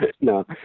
No